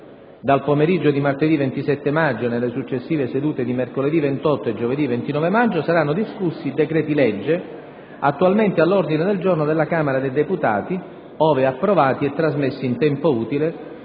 Dal pomeriggio di martedì 27 maggio e nelle successive sedute di mercoledì 28 e giovedì 29 maggio, saranno discussi i decreti-legge, attualmente all'ordine del giorno della Camera dei deputati, ove approvati e trasmessi in tempo utile,